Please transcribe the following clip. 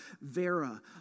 Vera